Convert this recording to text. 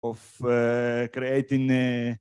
of creating